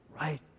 right